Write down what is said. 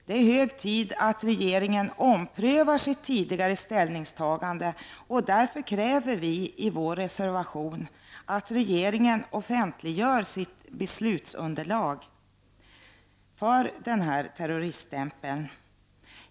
Det är hög tid att regeringen omprövar sitt tidigare ställningstagande, och därför kräver vi i vår reservation att regeringen offentliggör sitt beslutsunderlag för sin terroriststämpling.